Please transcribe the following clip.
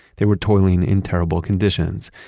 they were toiling in terrible conditions,